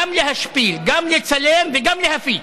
גם להשפיל, גם לצלם וגם להפיץ.